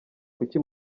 kuki